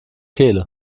kehle